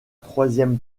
troisième